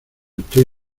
estoy